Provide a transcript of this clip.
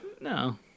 no